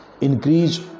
increase